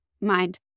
mind